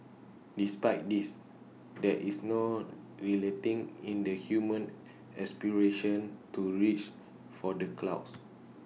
despite this there is no relenting in the human aspiration to reach for the clouds